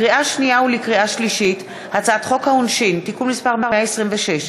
לקריאה שנייה ולקריאה שלישית: הצעת חוק העונשין (תיקון מס' 126),